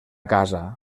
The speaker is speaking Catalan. casa